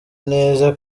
neza